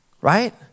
right